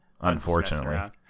unfortunately